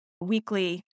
weekly